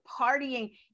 partying